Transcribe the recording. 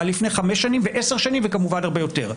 לפני חמש שנים ועשר שנים וכמובן הרבה יותר.